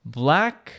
black